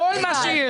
כל מה שיש.